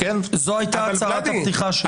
זו הייתה הצהרת הפתיחה שלו.